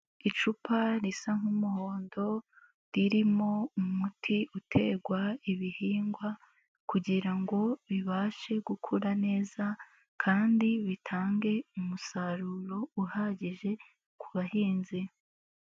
Icupa risa nk'umuhondo, ririmo umuti uterwa ibihingwa kugira ngo bibashe gukura neza, kandi bitange umusaruro uhagije ku bahinzi.